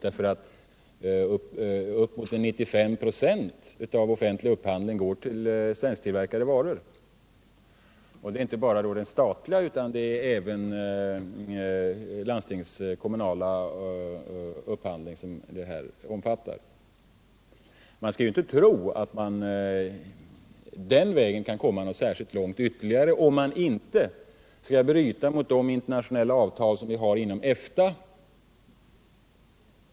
Upp mot 95 96 av den offentliga upphandlingen avser ju svensktillverkade varor, och det är då inte bara den statliga utan även den landstingskommunala upphandlingen det gäller. Man skall inte tro att man på den vägen kan komma särskilt mycket längre, om man inte skall bryta mot de internationella avtal som vi har inom EFTA.